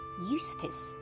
Eustace